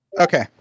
Okay